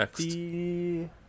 next